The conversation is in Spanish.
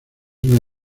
una